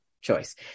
choice